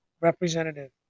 Representative